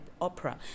opera